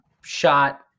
shot